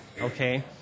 okay